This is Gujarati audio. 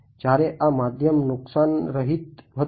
જયારે આ માધ્યમ નુકશાનરહિત હતું